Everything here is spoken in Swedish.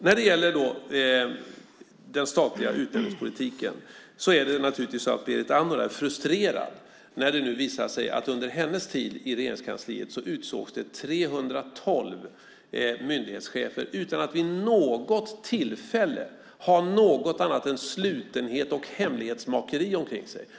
När det gäller den statliga utnämningspolitiken är det naturligtvis så att Berit Andnor är frustrerad när det nu visar sig att det under hennes tid i Regeringskansliet utsågs 312 myndighetschefer utan att vid något tillfälle ha något annat än slutenhet och hemlighetsmakeri omkring sig.